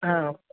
हा